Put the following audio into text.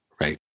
Right